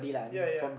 ya ya